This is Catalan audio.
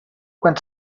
quan